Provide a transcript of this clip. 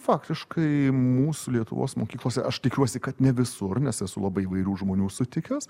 faktiškai mūsų lietuvos mokyklose aš tikiuosi kad ne visur nes esu labai įvairių žmonių sutikęs